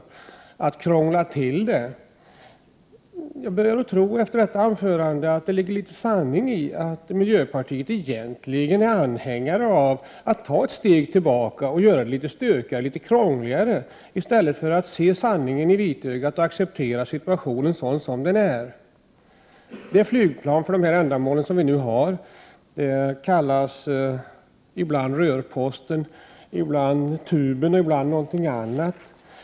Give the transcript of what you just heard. Jag börjar efter detta anförande att tro att det ligger litet sanning i att miljöpartiet egentligen är anhängare av att man skall ta ett steg tillbaka och göra det litet stökare, litet krångligare, i stället för att se sanningen i vitögat och acceptera situationen sådan den är. Det flygplan som vi nu har för dessa ändamål kallas ibland Rörposten, ibland Tuben, ibland någonting annat.